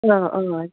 औ औ